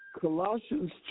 Colossians